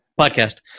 Podcast